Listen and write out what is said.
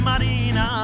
Marina